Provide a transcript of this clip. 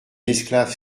esclave